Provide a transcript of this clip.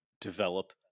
develop